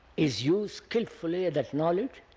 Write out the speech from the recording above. is used skilfully that knowledge